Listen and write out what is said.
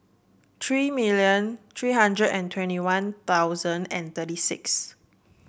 three million three hundred and twenty One Thousand and thirty six